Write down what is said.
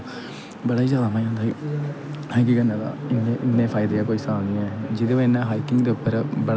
बड़ा ही जैदा मजा आंदा हाइकिंग करने दा इ'न्ने फायदे ऐ कोई साह्ब नीं ऐ हाइकिंग जिह्दी बजहा कन्नै बड़ा ही मजा आंदा